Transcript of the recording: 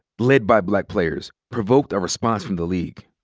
led by black players, provoked a response from the league.